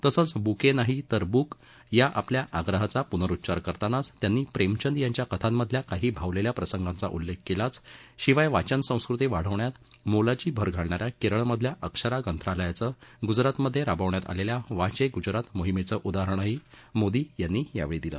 bouquet नाही तर book या आपल्या आग्रहाचा पुनरुच्चार करतानाच मोदी यांनी प्रेमचंद यांच्या कथांमधल्याल काही भावलेल्या प्रसंगांचा उल्लेख केलाच शिवाय वाचनसंस्कृती वाढवण्यात मोलाची भर घालणाऱ्या केरळमधल्या अक्षरा ग्रंथालयाचं गुजरातमध्ये राबवलेल्या वांचे गुजरात मोहिमेचं उदाहरणही प्रधानमंत्र्यांनी यावेळी दिलं